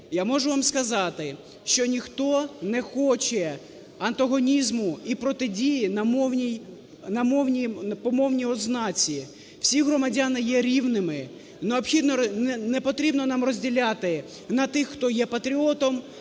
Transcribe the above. я можу вам сказати, що ніхто не хоче антагонізму і протидії на мовній... по мовній ознаці. Всі громадяни є рівними і необхідно... не потрібно нам розділяти на тих, хто є патріотом,